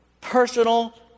personal